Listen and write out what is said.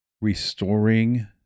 restoring